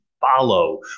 follow